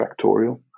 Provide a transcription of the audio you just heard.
factorial